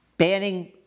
Banning